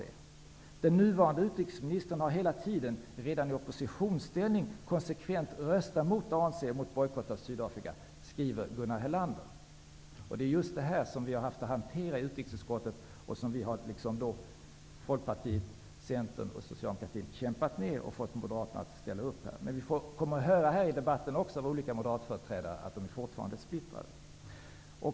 Den nuvarande utrikesministern har hela tiden, redan i oppositionsställning, konsekvent röstat emot ANC Det är just detta vi har haft att hantera i utrikesutskottet. Folkpartiet, Centern och Socialdemokraterna har kämpat och fått Moderaterna att ställa upp. Vi kommer att få höra i debatten av olika moderata företrädare att de fortfarande är splittrade.